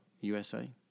USA